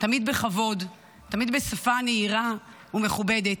תמיד בכבוד, תמיד בשפה נהירה ומכובדת.